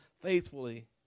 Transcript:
faithfully